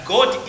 God